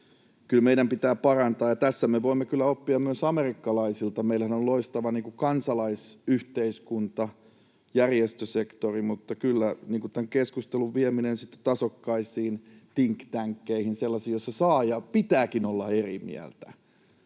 Kyllä meidän pitää parantaa, ja tässä me voimme kyllä oppia myös amerikkalaisilta. Meillähän on loistava kansalaisyhteiskunta, järjestösektori, mutta kyllä tämä keskustelu tulee viedä tasokkaisiin think tankeihin, sellaisiin, joissa saa ja pitääkin olla eri mieltä.